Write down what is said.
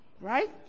right